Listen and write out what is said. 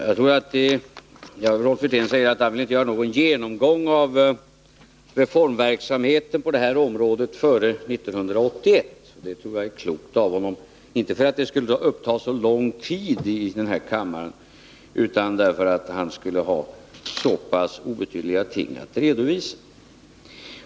Fru talman! Rolf Wirtén säger att han inte vill göra någon genomgång av reformverksamheten på det här området före 1981. Det tror jag är klokt av honom; inte för att det skulle uppta för lång tid i kammaren utan därför att han skulle ha så pass obetydliga ting att redovisa.